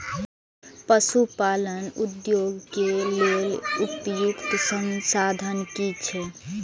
पशु पालन उद्योग के लेल उपयुक्त संसाधन की छै?